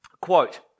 Quote